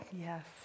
Yes